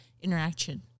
interaction